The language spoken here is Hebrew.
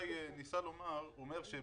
הרעיון הוא לראות במשיכה הזאת משיכה כדין,